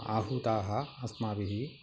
आहूताः अस्माभिः